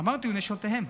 אמרתי, ונשותיהם.